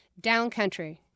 Downcountry